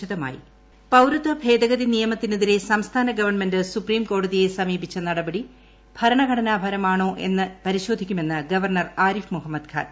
governor ഇൻട്രോ പൌരത്വ ഭേദഗതി നിയമം നടപ്പാക്കുന്നതിനെതിരെ സംസ്ഥാന ഗവൺമെന്റ് സുപ്രീംകോടതിയെ സമീപിച്ച നടപടി ഭരണഘടനാപരമാണോ എന്ന് പരിശോധിക്കുമെന്ന് ഗവർണർ ആരിഫ് മുഹമ്മദ് ഖാൻ